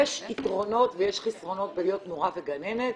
יש יתרונות ויש חסרונות בלהיות מורה וגננת.